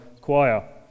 choir